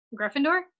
gryffindor